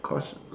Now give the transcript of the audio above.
cause